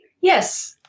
Yes